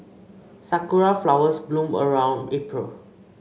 sakura flowers bloom around April